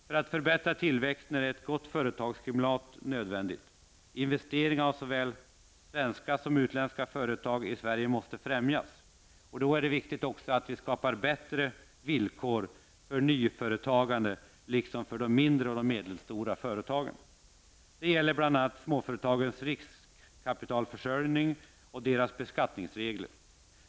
För att förbättra tillväxten är ett gott företagsklimat nödvändigt. Investeringar av såväl svenska som utländska företag i Sverige måste främjas. Det är då också viktigt att vi skapar bättre villkor för nyföretagande liksom för de mindre och medelstora företagen. Det gäller bl.a. småföretagens riskkapitalförsörjning och beskattningsreglerna för småföretagen.